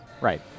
Right